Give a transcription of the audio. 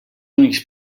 únics